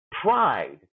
pride